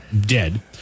dead